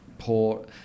poor